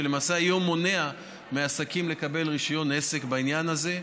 שלמעשה היום מונע מהעסקים לקבל רישיון עסק בעניין הזה,